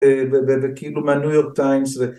וכאילו מהניו יורק טיימס